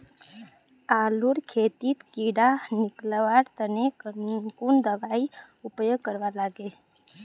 आलूर खेतीत कीड़ा निकलवार तने कुन दबाई उपयोग करवा लगे?